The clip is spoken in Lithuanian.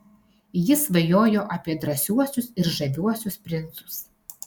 ji svajojo apie drąsiuosius ir žaviuosius princus